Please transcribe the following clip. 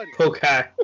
Okay